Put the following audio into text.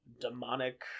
demonic